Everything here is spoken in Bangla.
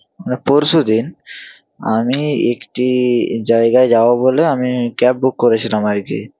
মানে পরশুদিন আমি একটি জায়গায় যাব বলে আমি ক্যাব বুক করেছিলাম আর কি